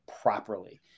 properly